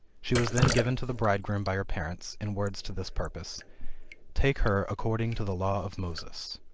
she was then given to the bridegroom by her parents, in words to this purpose take her according to the law of moses.